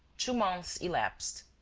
two months elapsed.